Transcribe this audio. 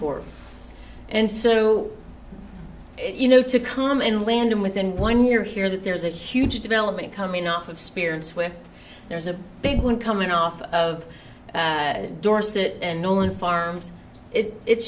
for and so you know to come and land and within one year hear that there's a huge development coming out of spirits where there's a big one coming off of dorset and nolan farms it